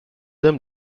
dame